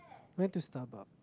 went to Starbucks